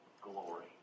glory